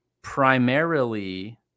primarily